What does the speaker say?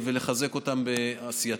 לחזק אותם בעשייתם.